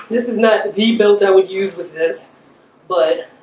this is not the belt i would use with this but